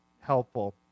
helpful